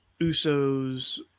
Usos